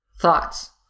thoughts